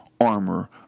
armor